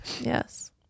Yes